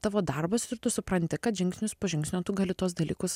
tavo darbas ir tu supranti kad žingsnis po žingsnio tu gali tuos dalykus